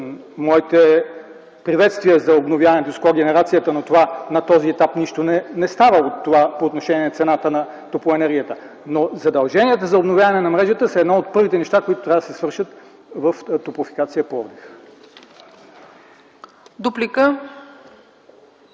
Моето приветствие за обновяването с когенерацията, но на този етап нищо не става от това по отношение цената на топлоенергията. Но задълженията за обновяване на мрежата са едно от първите неща, които трябва да се свършат в „Топлофикация” – Пловдив.